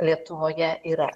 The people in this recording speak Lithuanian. lietuvoje yra